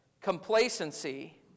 complacency